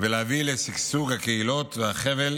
ולהביא לשגשוג הקהילות והחבל